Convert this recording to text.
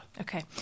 Okay